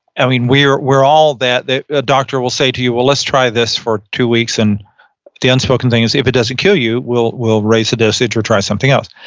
i mean, we're we're all that that ah doctor will say to you, well, let's try this for two weeks and the unspoken thing is if it doesn't kill you will will raise the dosage or try something else.